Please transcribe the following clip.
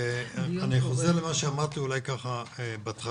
אני חוזר על מה שאמרתי בתחילה.